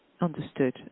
Understood